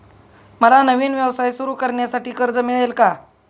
मला नवीन व्यवसाय सुरू करण्यासाठी कर्ज मिळेल का?